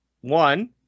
one